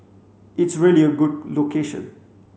it's really a good location